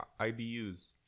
IBUs